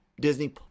Disney